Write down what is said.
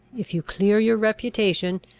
if you clear your reputation,